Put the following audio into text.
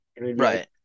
Right